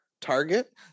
target